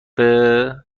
درباره